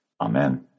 Amen